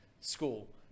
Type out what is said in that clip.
school